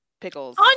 pickles